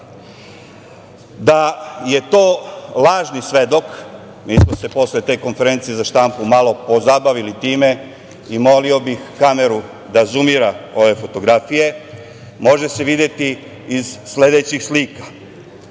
je to lažni svedok, mi smo se posle te konferencije za štampu malo pozabavili time i molio bih kameru da zumira ove fotografije, može se videti iz sledećih slika. Ova